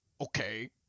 Okay